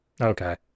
Okay